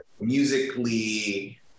musically